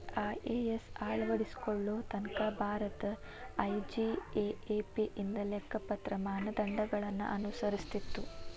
IAS ಅಳವಡಿಸಿಕೊಳ್ಳೊ ತನಕಾ ಭಾರತ ಐ.ಜಿ.ಎ.ಎ.ಪಿ ಇಂದ ಲೆಕ್ಕಪತ್ರ ಮಾನದಂಡಗಳನ್ನ ಅನುಸರಿಸ್ತಿತ್ತು